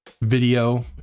video